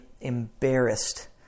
embarrassed